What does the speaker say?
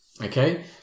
Okay